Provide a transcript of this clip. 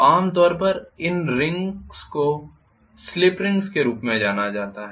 तो आम तौर पर इन रिंग्स को स्लिप रिंग के रूप में जाना जाता है